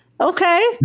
Okay